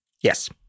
Yes